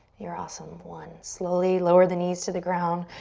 you're awesome, one. slowly lower the knees to the ground.